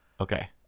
Okay